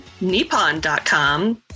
Nippon.com